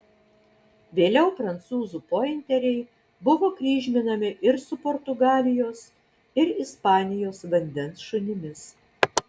vėliau prancūzų pointeriai buvo kryžminami ir su portugalijos ir ispanijos vandens šunimis